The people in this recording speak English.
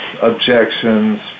objections